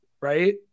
right